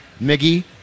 Miggy